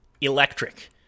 electric